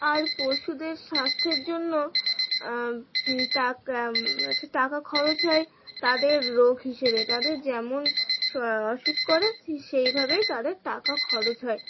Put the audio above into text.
আর পশুদের স্বাস্থ্যের জন্য টাকা হচ্ছে টাকা খরচ হয় তাদের রোগ হিসেবে তাদের যেমন অসুখ করে সেইভাবেই তাদের টাকা খরচ হয়